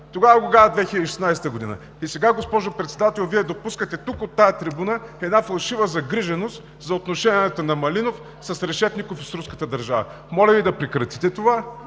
Тогава го каза – в 2016 г. И сега, госпожо Председател, Вие допускате тук, от тази трибуна, една фалшива загриженост за отношенията на Малинов с Решетников и с руската държава. Моля Ви да прекратите това